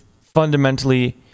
fundamentally